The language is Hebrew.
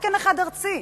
תקן אחד ארצי.